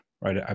right